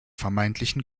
vermeintlichen